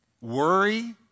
worry